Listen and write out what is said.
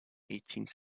eighteenth